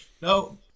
No